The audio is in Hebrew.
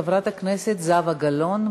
חברת הכנסת זהבה גלאון,